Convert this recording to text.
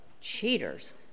cheaters